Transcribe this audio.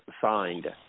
signed